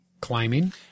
Climbing